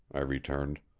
i returned.